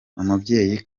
umubyeyi